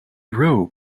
row